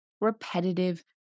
repetitive